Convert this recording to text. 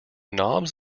knobs